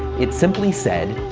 it simply said,